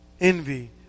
envy